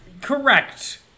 Correct